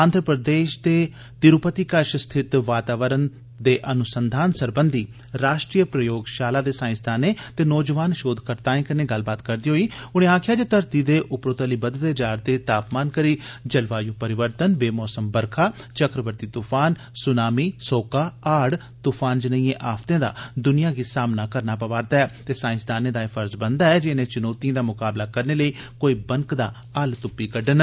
आंध्रप्रदेश दे तिरुपती कश स्थित वातावरण दे अनुसंधान सरबंधी राष्ट्रीय प्रयोगशाला दे साईंसदानें ते नौजवानें शोधकर्ताएं कन्ने गल्लबात करदे होई उनें आक्खेया जे धरती दे उपरोतली बधदे जा करदे तापमान करी जलवायु परिवर्तन बे मौसम बरखा चक्रवर्ती तूफान सुनामी सोक्का हाइ तूफान जनेइयें आफतें दा दुनिया गी सामना करना पवा करदा ऐ ते साईंसदानें दा एह फर्ज बनदा ऐ जे इनें चुनौतियें दा मुकाबला करने लेई कोई बनकदा हल्ल तुप्पी कड्डन